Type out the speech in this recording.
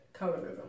colorism